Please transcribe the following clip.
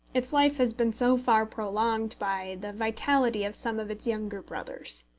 its life has been so far prolonged by the vitality of some of its younger brothers.